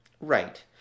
Right